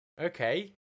Okay